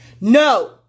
No